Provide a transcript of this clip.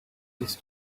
just